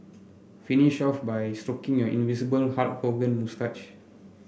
finish off by stroking your invisible Hulk Hogan moustache